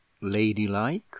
ladylike